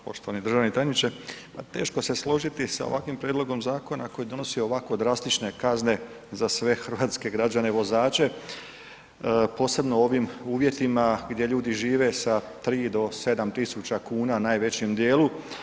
Poštovani državni tajniče, pa teško se složiti sa ovakvim prijedlogom zakona koji donosi ovako drastične kazne za sve Hrvatske građane vozače posebno u ovim uvjetima gdje ljudi žive sa 3 do 7 tisuća kuna u najvećem dijelu.